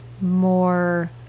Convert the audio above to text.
more